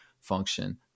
function